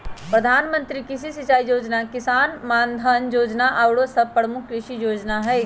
प्रधानमंत्री कृषि सिंचाई जोजना, किसान मानधन जोजना आउरो सभ प्रमुख कृषि जोजना हइ